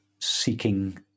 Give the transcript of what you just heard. seeking